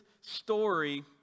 story